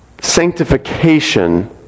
sanctification